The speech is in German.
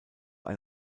ein